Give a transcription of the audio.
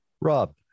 Rob